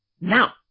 now